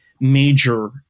major